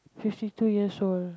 fifty three years old